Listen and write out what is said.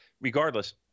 Regardless